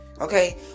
Okay